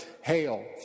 hail